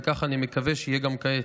וכך אני מקווה שיהיה גם כעת.